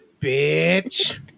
bitch